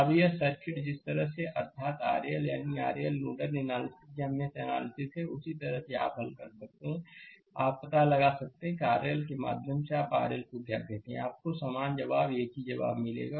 अब यह सर्किट जिस तरह से अर्थात RL यानी RL नोडल एनालिसिस या मेष एनालिसिस है उसी तरह से आप हल करते हैं और पता लगाते हैं कि RL के माध्यम से आप RL को क्या कहते हैं आपको समान जवाब एक ही जवाब मिलेगा